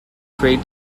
create